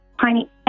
tiny